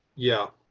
yeah.